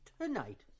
tonight